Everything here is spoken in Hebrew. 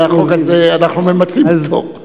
החוק הזה, אנחנו מבטלים אותו.